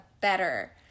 better